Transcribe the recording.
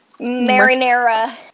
marinara